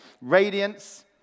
radiance